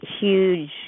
huge